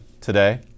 today